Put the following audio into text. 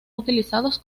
utilizados